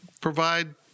Provide